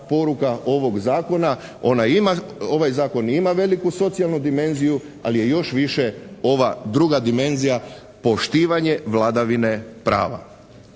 ovog zakona. Ovaj zakon ima veliku socijalnu dimenziju ali je još više ova druga dimenzija poštivanje vladavine prava.